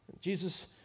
Jesus